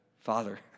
father